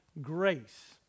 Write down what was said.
grace